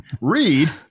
read